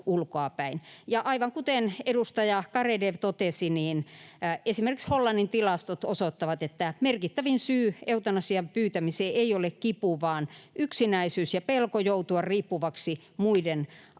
Aivan kuten edustaja Garedew totesi, niin esimerkiksi Hollannin tilastot osoittavat, että merkittävin syy eutanasian pyytämiseen ei ole kipu vaan yksinäisyys ja pelko joutua riippuvaiseksi muiden avusta.